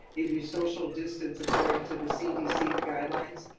if you social distance according to the cdc guidelines,